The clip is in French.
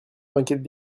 m’inquiète